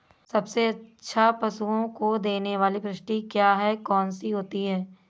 सबसे अच्छा पशुओं को देने वाली परिशिष्ट क्या है? कौन सी होती है?